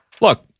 look